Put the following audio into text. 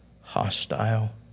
hostile